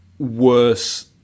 worse